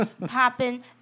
Popping